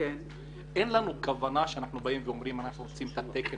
כן אין לנו כוונה כשאנחנו באים ודורשים את התקן